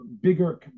bigger